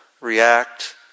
react